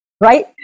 Right